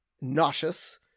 nauseous